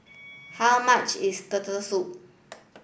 how much is Turtle Soup